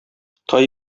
тай